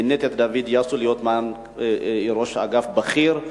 מינית את דוד יאסו להיות ראש אגף בכיר.